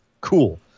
cool